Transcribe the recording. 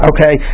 Okay